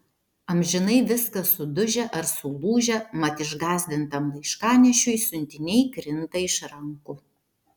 amžinai viskas sudužę ar sulūžę mat išgąsdintam laiškanešiui siuntiniai krinta iš rankų